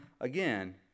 again